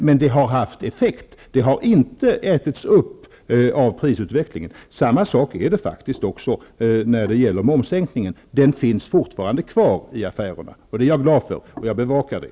Men det har haft effekt och inte ätits upp av prisutvecklingen. Samma sak är det med momssänkningen. Den gäller fortfarande i affärerna, och det är jag glad för. Jag bevakar det.